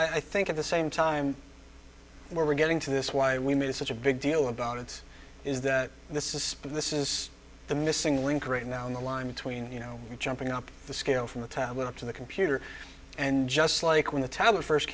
i think of the same time we're getting to this why we made such a big deal about it is that this is this is the missing link right now on the line between you know jumping up the scale from the tablet up to the computer and just like when the tablet first